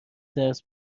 درس